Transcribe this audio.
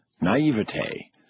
naivete